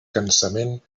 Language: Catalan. cansament